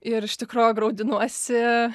ir iš tikro graudinuosi